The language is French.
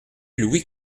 louis